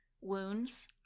wounds